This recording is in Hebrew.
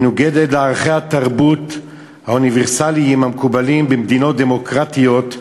מנוגדת לערכי התרבות האוניברסליים המקובלים במדינות דמוקרטיות,